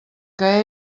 que